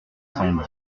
cent